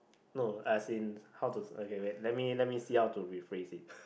no as in how to okay let me let me see how to rephrase it